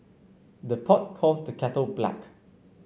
the pot calls the kettle black